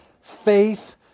faith